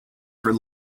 for